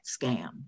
scam